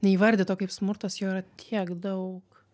neįvardyto kaip smurtas jo yra tiek daug